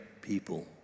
people